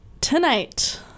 tonight